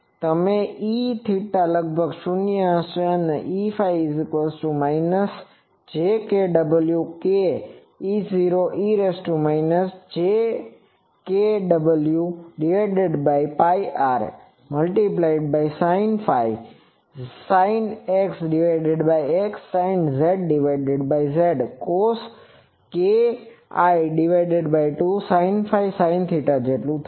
તેમ Eθ લગભગ શૂન્ય હશે અને Eφ Πr sin cos⁡kl2 sinϕ sinθ થશે